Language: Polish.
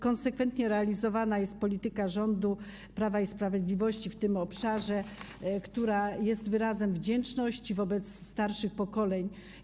Konsekwentnie realizowana jest polityka rządu Prawa i Sprawiedliwości w tym obszarze, która jest wyrazem wdzięczności wobec starszych pokoleń.